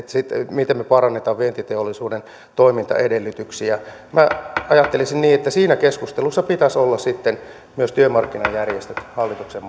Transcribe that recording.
miten me parannamme vientiteollisuuden toimintaedellytyksiä minä ajattelisin niin että siinä keskustelussa pitäisi olla sitten myös työmarkkinajärjestöt hallituksen